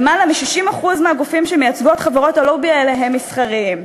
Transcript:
יותר מ-60% מהגופים שחברות הלובי האלה מייצגות הם מסחריים.